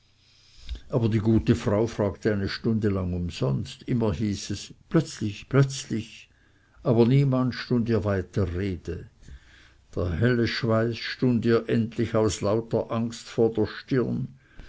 aber die gute frau fragte eine lange stunde umsonst immer hieß es plötzlich plötzlich aber niemand stund ihr weiter rede der helle schweiß stund ihr endlich aus lauter angst vor der stirne